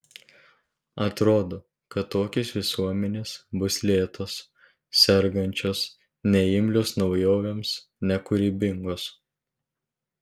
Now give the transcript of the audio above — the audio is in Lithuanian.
atrodo kad tokios visuomenės bus lėtos sergančios neimlios naujovėms nekūrybingos